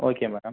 okay madam